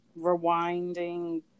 rewinding